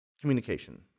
Communication